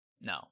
No